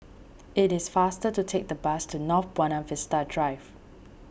it is faster to take the bus to North Buona Vista Drive